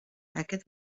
aquest